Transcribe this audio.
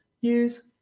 Use